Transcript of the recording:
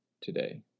today